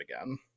again